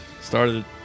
Started